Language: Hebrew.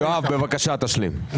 יואב, בבקשה תשלים את דבריך.